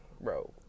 bro